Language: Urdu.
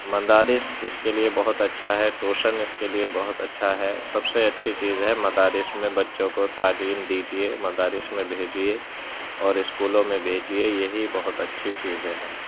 مدارس اس کے لیے بہت اچھا ہے ٹیوشن اس کے لیے بہت اچھا ہے سب سے اچھی چیز ہے مدارس میں بچوں کو تعلیم دیجیے مدارس میں بھیجیے اور اسکولوں میں بھیجیے یہی بہت اچھی چیزیں ہیں